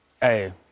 hey